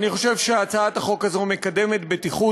אני חושב שהצעת החוק הזאת מקדמת בטיחות